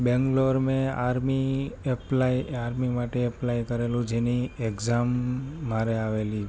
બેંગલોર મેં army apply army માટે apply કરેલું જેની એક્ઝામ મારે આવેલી